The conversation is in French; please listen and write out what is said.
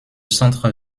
centre